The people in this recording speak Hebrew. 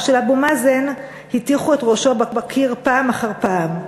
של אבו מאזן הטיחו את ראשו בקיר פעם אחר פעם,